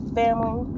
family